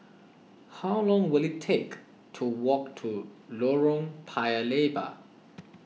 how long will it take to walk to Lorong Paya Lebar